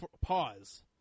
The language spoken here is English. Pause